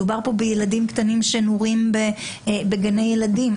מדובר כאן בילדים קטנים שנורים בגני ילדים.